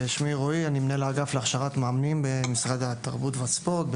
אני מנהל האגף להכשרת מאמנים במשרד התרבות והספורט,